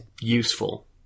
useful